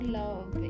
love